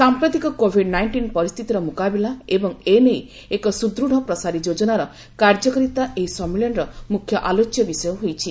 ସାମ୍ପ୍ରତିକ covid nineteen ପରିସ୍ଥିତିର ମୁକାବିଲା ଏବଂ ଏ ନେଇ ଏକ ସୁଦୃଢ଼ ପ୍ରସାରୀ ଯୋଜନାର କାର୍ଯ୍ୟକାରିତା ଏହି ସମ୍ମିଳନୀର ମୁଖ୍ୟ ଆଲୋଚ୍ୟ ବିଷୟ ହୋଇଛି